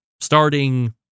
starting